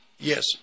Yes